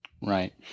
Right